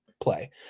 play